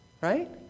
right